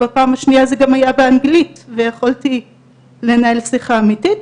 בפעם השנייה זה היה גם באנגלית ויכולתי לנהל שיחה אמיתית.